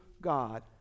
God